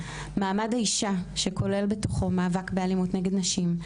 מעמד האישה שכולל בתוכו מאבק באלימות נגד נשים,